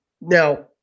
now